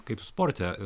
kaip sporte